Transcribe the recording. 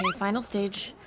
um final stage.